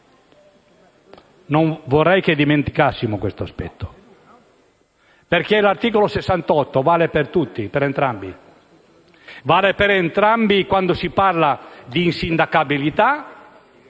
Non vorrei che dimenticassimo questo aspetto, perché l'articolo 68 vale per tutti; vale per entrambi quando si parla d'insindacabilità